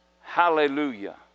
Hallelujah